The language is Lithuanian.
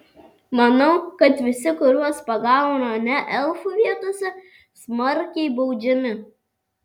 manau kad visi kuriuos pagauna ne elfų vietose smarkiai baudžiami